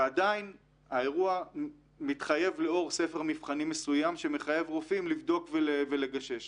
ועדיין האירוע מתחייב לאור ספר מבחנים מסוים שמחייב רופאים לבדוק ולגשש.